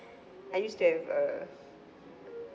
I used to have a